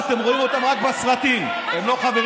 שני אאודים באים לשכונה, למה לא?